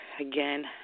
again